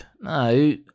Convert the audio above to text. no